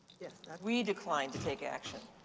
yeah we decline to take action.